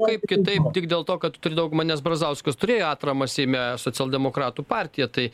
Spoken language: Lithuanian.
kaip kitaip tik dėl to kad turi daugumą nes brazauskas turėjo atramą seime socialdemokratų partiją tai